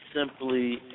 simply